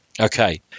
okay